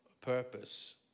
purpose